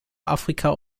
afrika